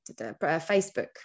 Facebook